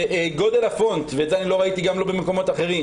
שגודל הפונט ואת זה לא ראיתי במקומות אחרים